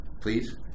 please